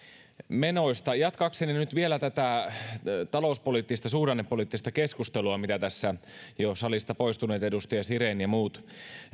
menoista jatkaakseni nyt vielä tätä talouspoliittista suhdannepoliittista keskustelua mitä jo salista poistunut edustaja siren ja muut